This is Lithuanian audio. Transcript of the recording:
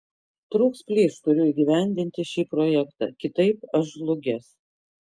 trūks plyš turiu įgyvendinti šį projektą kitaip aš žlugęs